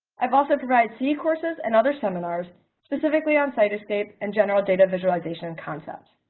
i've also provides c courses and other seminars specifically on cytoscape and general data visualization and concepts.